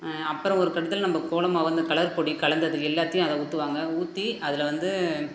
அப்புறோம் ஒரு கட்டத்தில் நம்ம கோல மாவை வந்து அந்த கலர் பொடி கலந்தது எல்லாத்தையும் அதை ஊற்றுவாங்க ஊற்றி அதில் வந்து